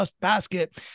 basket